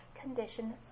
condition